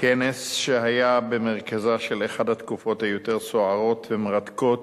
כנס שהיה במרכזה של אחת התקופות היותר-סוערות ומרתקות,